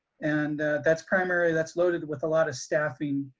and that's primary. that's loaded with a lot of staffing.